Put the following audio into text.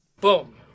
Boom